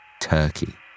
Turkey